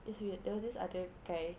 it's weird there was this other guy